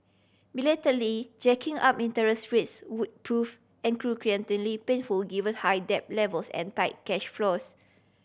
belatedly jacking up interest rates would prove excruciatingly painful given high debt levels and tight cash flows